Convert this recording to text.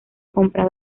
comprado